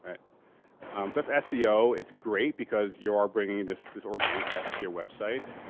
and that's ah seo. it's great because you are bringing this this organic traffic to your website.